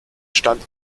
stand